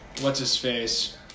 What's-His-Face